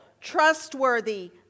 trustworthy